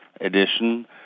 edition